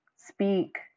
Speak